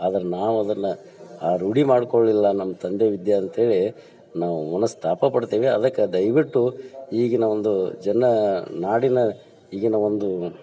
ಆದ್ರೆ ನಾವು ಅದನ್ನು ಆ ರೂಢಿ ಮಾಡ್ಕೊಳ್ಲಿಲ್ಲ ನಮ್ಮ ತಂದೆ ವಿದ್ಯೆ ಅಂತ್ಹೇಳಿ ನಾವು ಮನಸ್ತಾಪ ಪಡ್ತೇವೆ ಅದಕ್ಕೆ ದಯವಿಟ್ಟು ಈಗಿನ ಒಂದು ಜನ ನಾಡಿನ ಈಗಿನ ಒಂದು